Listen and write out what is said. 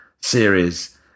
series